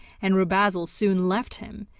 and rubezahl soon left him,